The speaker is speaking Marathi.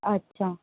अच्छा